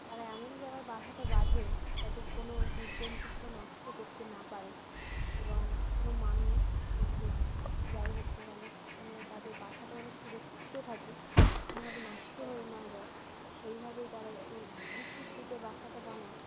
তারা এমনই জায়গায় বাসাটা বাঁধে যাতে কোনো জীবজন্তু সেটা নষ্ট করতে না পারে এবং কোনো মানুষ পশু যাই হোক না কেন যেন তাদের বাসাটা যেন সুরক্ষিত থাকে কোনোভাবে নষ্ট হয়ে না যায় সেইভাবেই তারা একটু উঁচুর দিকে বাসাটা বানায়